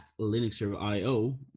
linuxserver.io